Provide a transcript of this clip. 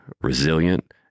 resilient